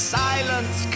silence